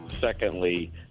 Secondly